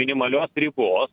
minimalios ribos